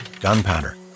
gunpowder